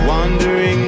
Wandering